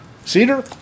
Cedar